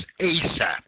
ASAP